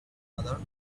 mother